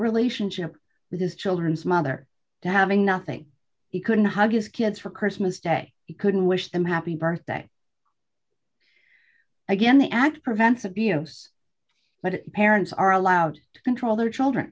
relationship with his children's mother to having nothing he couldn't hug his kids for christmas day he couldn't wish them happy birthday again x prevents a b s but parents are allowed to control their children